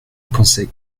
pensais